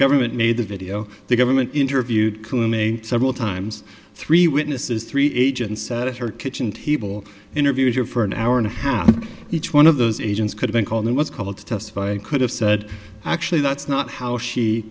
government made the video the government interviewed cuming several times three witnesses three agencies out of her kitchen table interviewed her for an hour and a half each one of those agents could've been called in what's called to testify and could have said actually that's not how she